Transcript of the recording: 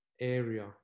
area